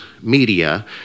media